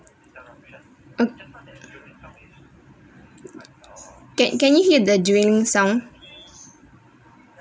uh can can you hear the drilling sound